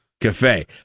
Cafe